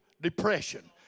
depression